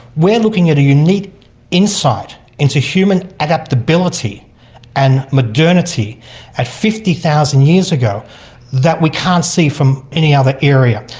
we're looking at a unique insight into human adaptability and modernity at fifty thousand years ago that we can't see from any other area.